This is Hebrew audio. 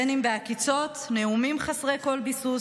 אם בעקיצות, אם בנאומים חסרי כל ביסוס